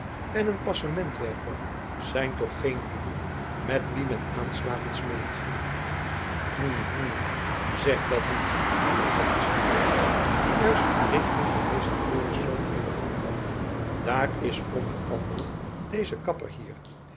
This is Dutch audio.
en een passementwerker zijn toch geen lieden met wie men aanslagen smeedt hm hm zeg dat niet hernam van espenblad die juist een rekening van meester florisz in de hand had daar is onder anderen deze kapper hier